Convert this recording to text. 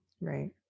Right